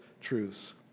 truths